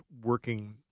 working